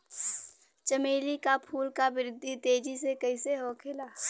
चमेली क फूल क वृद्धि तेजी से कईसे होखेला?